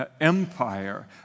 Empire